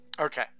Okay